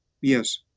Yes